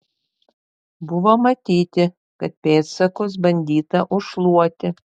buvo matyti kad pėdsakus bandyta užšluoti